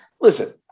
Listen